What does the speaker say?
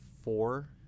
four